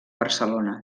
barcelona